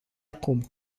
acum